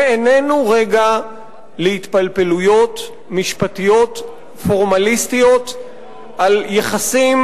זה לא רגע להתפלפלויות משפטיות פורמליסטיות על יחסים